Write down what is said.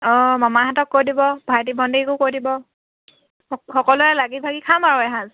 অঁ মামাহঁতক কৈ দিব ভাইটি ভন্টিকো কৈ দিব সকলোৱে লাগি ভাগি খাম আৰু এসাঁজ